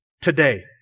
today